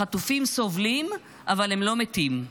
החטופים סובלים אבל הם לא מתים.